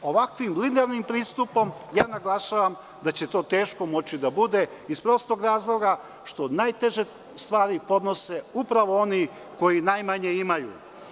Ovakvim linearnim pristupom ja naglašavam da će to teško moći da bude, iz prostog razloga što najteže stvari podnose upravo oni koji najmanje imaju.